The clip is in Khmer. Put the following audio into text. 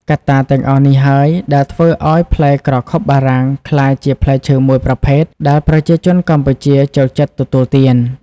កត្តាទាំងអស់នេះហើយដែលធ្វើឱ្យផ្លែក្រខុបបារាំងក្លាយជាផ្លែឈើមួយប្រភេទដែលប្រជាជនកម្ពុជាចូលចិត្តទទួលទាន។